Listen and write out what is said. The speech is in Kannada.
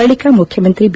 ಬಳಕ ಮುಖ್ಯಮಂತ್ರಿ ಬಿ